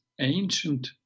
ancient